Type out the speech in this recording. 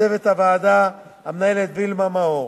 לצוות הוועדה, המנהלת וילמה מאור,